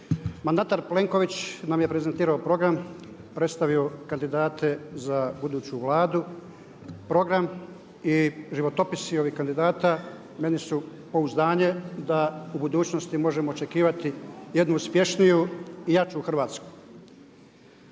Mandatar Plenković nam je prezentirao program, predstavio kandidate za buduću Vladu, program i životopisi ovih kandidata meni su pouzdanje da u budućnosti možemo očekivati jednu uspješniju i jaču Hrvatsku.